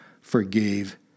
forgave